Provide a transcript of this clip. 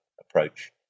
approach